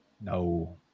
No